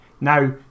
Now